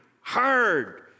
hard